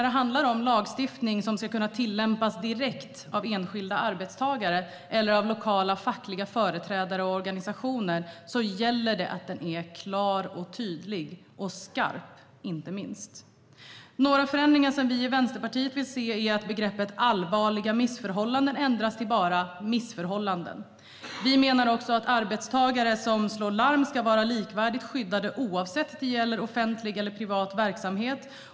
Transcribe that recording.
Det gäller att lagstiftning som ska kunna tillämpas direkt av enskilda arbetstagare eller av lokala fackliga organisationer är klar och tydlig och inte minst skarp. Några förändringar som vi i Vänsterpartiet vill se är att begreppet "allvarliga missförhållanden" ändras till bara missförhållanden. Vi menar också att arbetstagare som slår larm ska vara likvärdigt skyddade, oavsett om det gäller offentlig eller privat verksamhet.